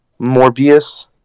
Morbius